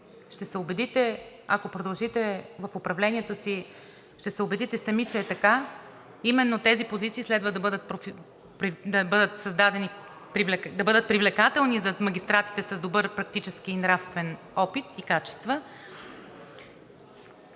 в управлението си. Именно тези позиции следва да бъдат привлекателни за магистратите с добър практически и нравствен опит и качества.